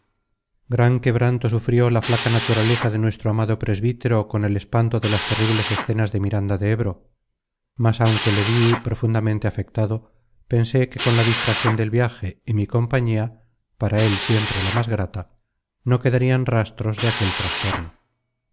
gran quebranto sufrió la flaca naturaleza de nuestro amado presbítero con el espanto de las terribles escenas de miranda de ebro mas aunque le vi profundamente afectado pensé que con la distracción del viaje y mi compañía para él siempre la más grata no quedarían rastros de aquel trastorno